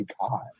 God